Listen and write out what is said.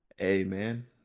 amen